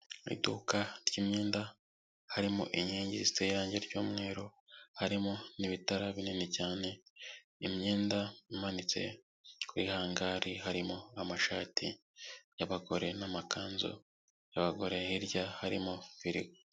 Iduka ry'imyenda, harimo inkingi ziteye irange ry'umweru, harimo n'ibitara binini cyane, imyenda imanitse kuri hangari, harimo amashati y'abagore n'amakanzu y'abagore, hirya harimo firigo.